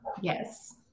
Yes